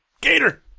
Gator